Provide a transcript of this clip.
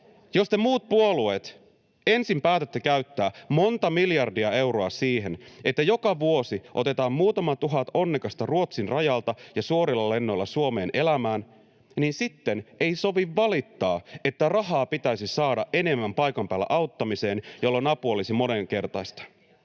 Jos te muut puolueet ensin päätätte käyttää monta miljardia euroa siihen, että joka vuosi otetaan muutama tuhat onnekasta Ruotsin rajalta ja suorilla lennoilla Suomeen elämään, niin sitten ei sovi valittaa, että rahaa pitäisi saada enemmän paikan päällä auttamiseen, jolloin apu olisi moninkertaista.